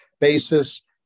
basis